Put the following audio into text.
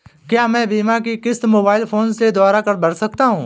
क्या मैं बीमा की किश्त मोबाइल फोन के द्वारा भर सकता हूं?